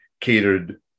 catered